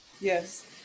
Yes